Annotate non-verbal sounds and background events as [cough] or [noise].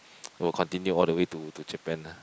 [noise] will continue all the way to to Japan ah